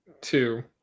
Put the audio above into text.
two